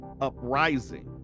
uprising